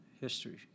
history